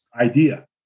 idea